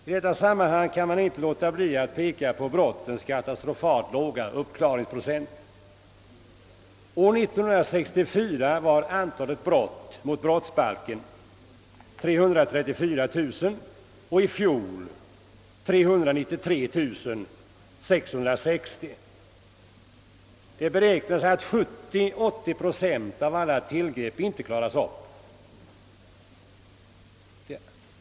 I detta sammanhang kan man inte låta bli att peka på brottens katastrofalt låga uppklaringsprocent. År 1964 var antalet brott mot brottsbalken 334 000 och i fjol 393 660. Det beräknas att 70— 80 procent av alla tillgrepp inte klaras upp.